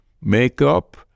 makeup